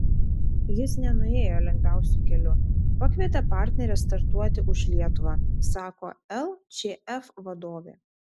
jis nenuėjo lengviausiu keliu pakvietė partnerę startuoti už lietuvą sako lčf vadovė